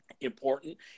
important